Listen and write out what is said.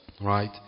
right